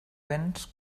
béns